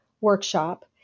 workshop